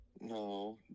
No